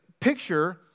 picture